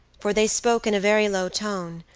for they spoke in a very low tone,